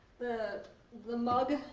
the the mug,